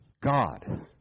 God